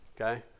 Okay